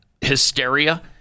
hysteria